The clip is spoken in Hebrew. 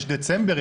יש דצמבר,